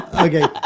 okay